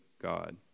god